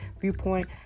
viewpoint